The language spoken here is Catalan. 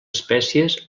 espècies